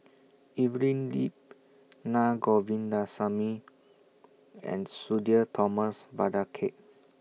Evelyn Lip Naa Govindasamy and Sudhir Thomas Vadaketh